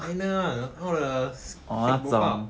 China [one] all the fake bohgao